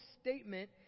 statement